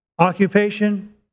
Occupation